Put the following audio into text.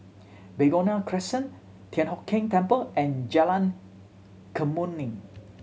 Begonia Crescent Thian Hock Keng Temple and Jalan Kemuning